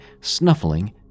snuffling